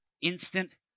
instant